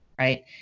right